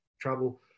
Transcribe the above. trouble